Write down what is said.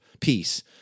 peace